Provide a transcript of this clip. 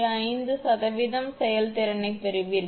5 செயல்திறனைப் பெறுவீர்கள்